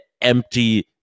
empty